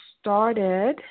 started